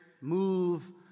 move